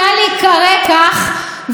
חכה, עוד לא הגעתי אליך.